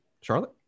Charlotte